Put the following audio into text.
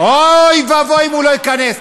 אוי ואבוי אם הוא לא ייכנס.